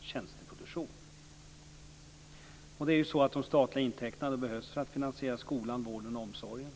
tjänsteproduktion. De statliga intäkterna behövs för att finansiera skolan, vården och omsorgen.